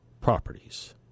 properties